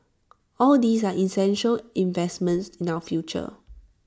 all these are essential investments in our future